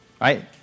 right